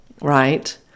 right